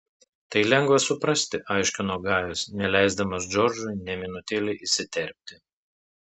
tai lengva suprasti aiškino gajus neleisdamas džordžui nė minutėlei įsiterpti